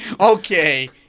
Okay